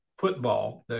football